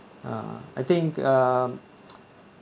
uh I think uh